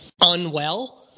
unwell